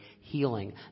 healing